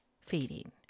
feeding